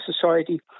society